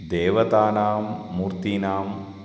देवतानां मूर्तीनां